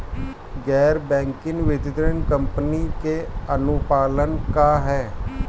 गैर बैंकिंग वित्तीय कंपनी के अनुपालन का ह?